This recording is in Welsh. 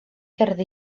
gerddi